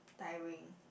tiring